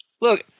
Look